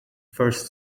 first